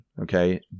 okay